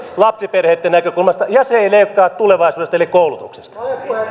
lapsiperheitten näkökulmasta ja se ei leikkaa tulevaisuudesta eli koulutuksesta